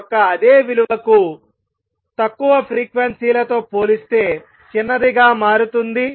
యొక్క అదే విలువకు తక్కువ ఫ్రీక్వెన్సీలతో పోలిస్తే చిన్నదిగా మారుతుంది